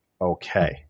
Okay